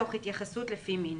תוך התייחסות לפי מין.